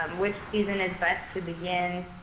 um which season is best to begin?